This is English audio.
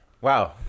Wow